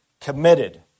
committed